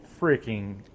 freaking